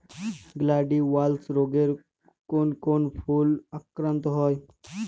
Gladiolus রোগে কোন কোন ফুল আক্রান্ত হয়?